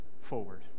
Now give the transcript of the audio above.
forward